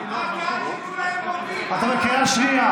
קריאה ראשונה?